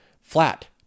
flat